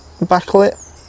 Backlit